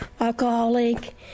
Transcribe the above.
alcoholic